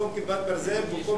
במקום "כיפת ברזל", במקום